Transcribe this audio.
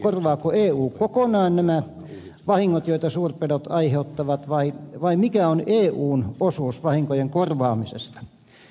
korvaako eu kokonaan nämä vahingot joita suurpedot aiheuttavat vai mikä on eun osuus vahinkojen korvaamisesta